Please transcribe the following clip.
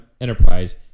enterprise